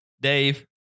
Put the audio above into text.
Dave